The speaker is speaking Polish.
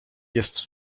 jest